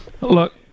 Look